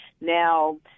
now